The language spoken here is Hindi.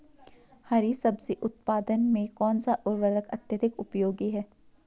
हरी सब्जी उत्पादन में कौन सा उर्वरक अत्यधिक उपयोगी है?